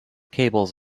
cables